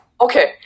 Okay